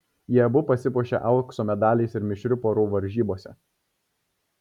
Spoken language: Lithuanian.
jie abu pasipuošė aukso medaliais ir mišrių porų varžybose